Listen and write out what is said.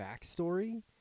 backstory